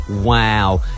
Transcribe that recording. wow